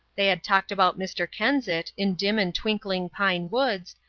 they had talked about mr. kensit in dim and twinkling pine woods,